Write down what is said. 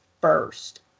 first